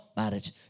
marriage